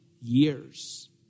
years